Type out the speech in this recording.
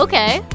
Okay